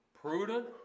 prudent